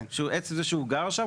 עצם זה שהוא גר שם,